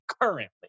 currently